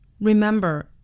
Remember